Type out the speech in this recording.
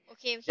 Okay